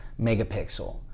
megapixel